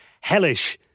hellish